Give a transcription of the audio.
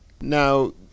Now